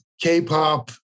K-pop